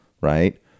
right